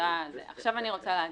עכשיו אני רוצה להגיד.